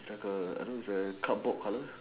it like a cupboard colour